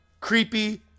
creepy